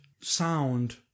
sound